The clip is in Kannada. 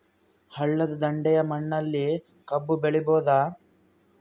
ಹಳ್ಳದ ದಂಡೆಯ ಮಣ್ಣಲ್ಲಿ ಕಬ್ಬು ಬೆಳಿಬೋದ?